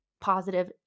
positive